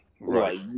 right